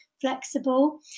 flexible